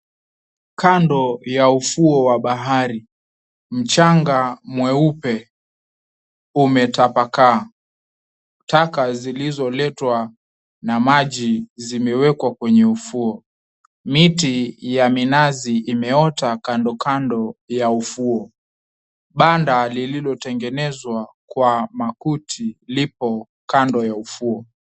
Kando ya ufuo wa bahari. Mchanga mweupe umetapakaa. Taka zilizoletwa na maji zimewekwa kwenye ufuo. Miti ya minazi imeota kandokando ya ufuo. Banda lililotengenezwa kwa makuti lipo kando ya ufuo.